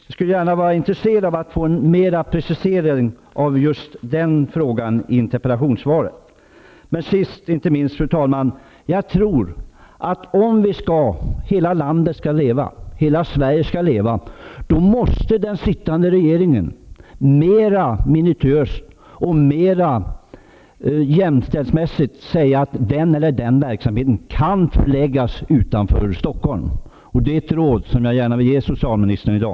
Jag skulle vara intresserad av att få just den skrivningen i interpellationssvaret mera preciserad. Och sist men inte minst, fru talman: Jag tror att om hela Sverige skall leva måste den sittande regeringen mera minutiöst och mera jämställdhetsmässigt säga att den eller den verksamheten kan förläggas utanför Stockholm. Det är ett råd som jag gärna vill ge socialministern i dag.